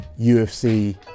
UFC